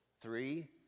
Three